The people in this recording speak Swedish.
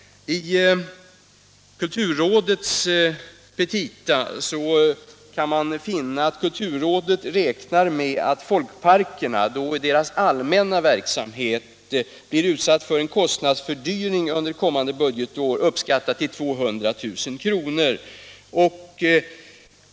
Kulturrådet räknar i sina petita med att folkparkerna i sin allmänna verksamhet blir utsatta för en kostnadsfördyring som under kommande budgetår uppskattas till 200 000 kr.